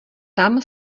tam